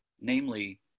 namely